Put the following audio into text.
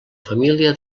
família